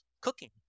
cooking